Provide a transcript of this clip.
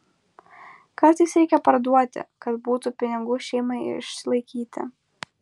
kartais reikia parduoti kad būtų pinigų šeimai išlaikyti